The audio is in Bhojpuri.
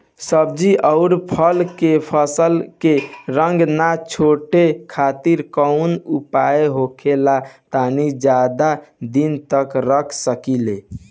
सब्जी और फल के फसल के रंग न छुटे खातिर काउन उपाय होखेला ताकि ज्यादा दिन तक रख सकिले?